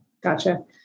Gotcha